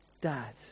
dad